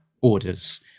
orders